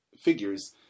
figures